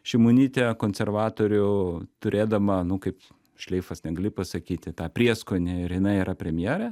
šimonytė konservatorių turėdama nu kaip šleifas negali pasakyti tą prieskonį ir jinai yra premjerė